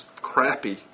crappy